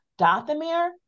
Dothamir